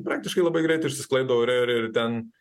praktiškai labai greitai išsisklaido ore ir ir ten